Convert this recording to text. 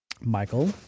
Michael